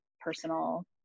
personal